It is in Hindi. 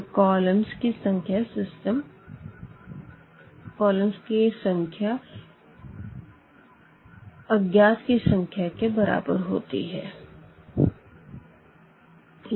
तो कॉलम की संख्या अज्ञात की संख्या के बराबर होती है